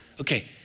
Okay